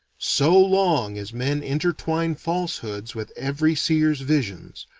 so long as men interwine falsehoods with every seer's visions,